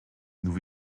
nous